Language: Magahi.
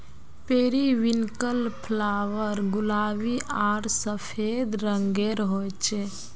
पेरिविन्कल फ्लावर गुलाबी आर सफ़ेद रंगेर होचे